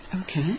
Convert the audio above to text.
Okay